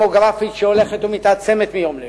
הפצצה הדמוגרפית שהולכת ומתעצמת מיום ליום,